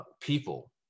people